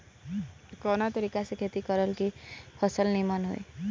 कवना तरीका से खेती करल की फसल नीमन होई?